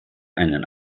einen